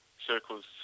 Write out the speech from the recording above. circles